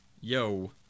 Yo